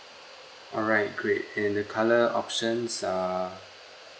alright great and the colour options are